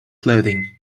clothing